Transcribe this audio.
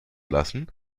lassen